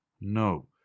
No